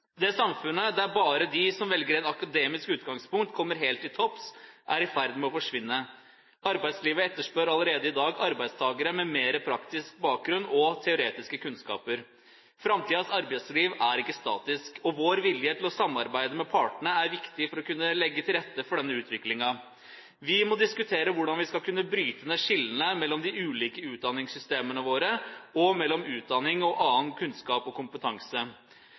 Det samfunnet der bare de som velger et akademisk utgangspunkt, kommer helt til topps, er i ferd med å forsvinne. Arbeidslivet etterspør allerede i dag arbeidstakere med praktisk bakgrunn og teoretiske kunnskaper. Framtidens arbeidsliv er ikke statisk. Vår vilje til å samarbeide med partene er viktig for å kunne legge til rette for denne utviklingen. Vi må diskutere hvordan vi skal kunne bryte ned skillene mellom de ulike utdanningssystemene våre og mellom utdanning og annen kunnskap og kompetanse.